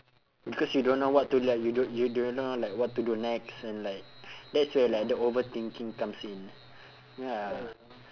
because you don't know what to like you don't you don't know like what to do next and like that's where like the overthinking comes in ya